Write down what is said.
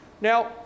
Now